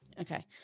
Okay